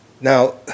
Now